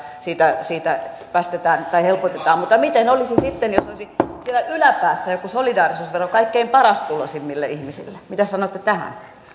siitä helpotetaan mutta miten olisi sitten jos olisi siellä yläpäässä joku solidaarisuusvero kaikkein parastuloisimmille ihmisille mitä sanotte tähän